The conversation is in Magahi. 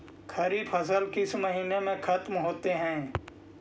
खरिफ फसल किस महीने में ख़त्म होते हैं?